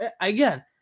again